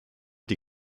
die